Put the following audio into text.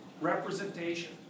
representation